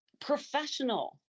professional